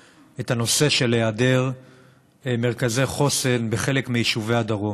את הנושא של היעדר מרכזי חוסן בחלק מיישובי הדרום.